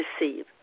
receive